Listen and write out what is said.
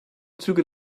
züge